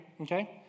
okay